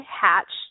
hatched